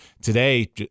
today